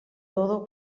todo